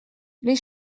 les